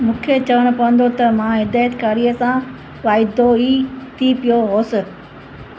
मूंखे चवणो पवंदो त मां हिदाइतकारीअ सां वाइदो ई थी वियो हुअसि